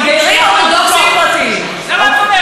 מתגיירים אורתודוקסים פרטיים, למה את אומרת את זה?